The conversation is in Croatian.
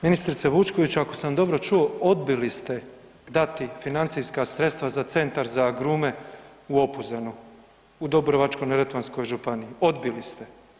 Ministrice Vučković, ako sam dobro čuo, odbili ste dati financijska sredstva za Centar za agrume u Opuzenu u Dubrovačko-neretvanskoj županiji, odbili ste.